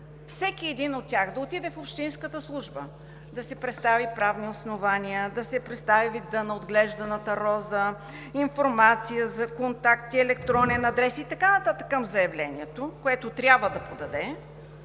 всеки един от тях да отиде в общинската служба, за да представи правни основания, видът на отглежданата роза, информация за контакти, електронен адрес и така нататък към заявлението, което трябва да подаде,